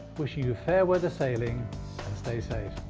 wishing you fair weather sailing and stay safe.